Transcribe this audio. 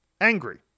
angry